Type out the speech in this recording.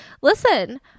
listen